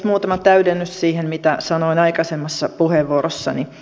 muutama täydennys siihen mitä sanoin aikaisemmassa puheenvuorossani